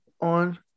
on